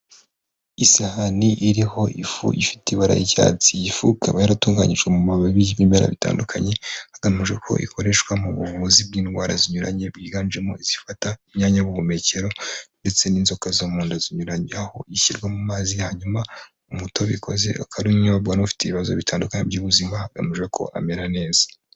Isahani iriho ifu ifite ibara ry'icyatsi, iyi fu ikaba yaratunganyijwe mu mababi y'ibimera bitandukanye hagamije ko ikoreshwa mu buvuzi bw'indwara zinyuranye bwiganjemo izifata imyanya y'ubuhumekero ndetse n'inzoka zo mu nda zinyuranye, aho ishyirwa mu mazi hanyuma umutobe ikoze ukaba ari wo unyobwa n'ufite ibibazo bitandukanye by'ubuzima hagamijwe ko amera neza.